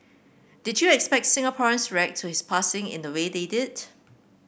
did you expect Singaporeans react to his passing in the way they did